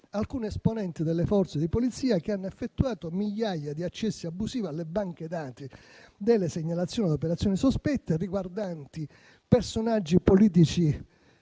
alcuni esponenti delle Forze di polizia che hanno effettuato migliaia di accessi abusivi alle banche dati delle segnalazioni di operazioni sospette riguardanti personaggi politici